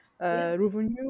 revenue